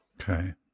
okay